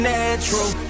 Natural